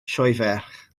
sioeferch